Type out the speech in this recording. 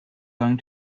going